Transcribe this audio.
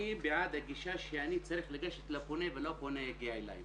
אני בעד הגישה שאני צריך לגשת לפונה ולא הפונה יגיע אליי,